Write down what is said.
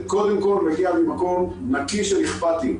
זה קודם כל מגיע ממקום נקי של אכפתיות.